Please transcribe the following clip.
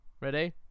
Ready